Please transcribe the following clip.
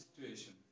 situation